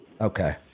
Okay